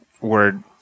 word